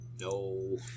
No